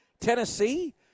Tennessee